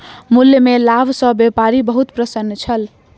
मूल्य में लाभ सॅ व्यापारी बहुत प्रसन्न छल